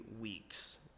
weeks